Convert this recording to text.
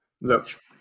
Look